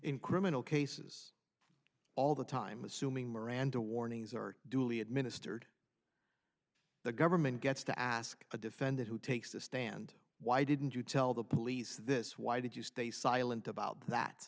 in criminal cases all the time assuming miranda warnings are duly administered the government gets to ask a defendant who takes the stand why didn't you tell the police this why did you stay silent about that